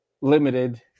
limited